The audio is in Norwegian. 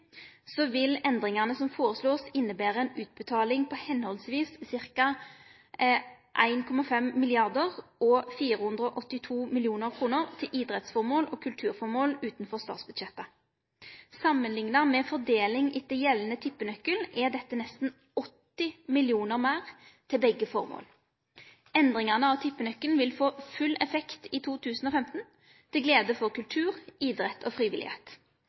vil endringane som vert føreslåtte, innebere ei utbetaling på høvesvis ca. 1,5 mrd. kr og 482 mill. kr til idrettsføremål og kulturføremål utanfor statsbudsjettet. Samanlikna med fordelinga etter gjeldande tippenøkkel er dette nesten 80 mill. kr meir til begge føremåla. Endringane i tippenøkkelen vil få full effekt i 2015 – til glede for kulturen, idretten og